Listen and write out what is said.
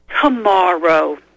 tomorrow